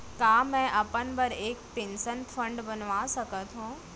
का मैं अपन बर एक पेंशन फण्ड बनवा सकत हो?